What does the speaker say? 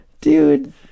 dude